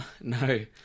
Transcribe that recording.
no